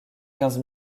quinze